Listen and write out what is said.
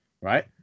right